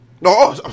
No